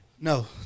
No